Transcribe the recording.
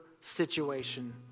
situation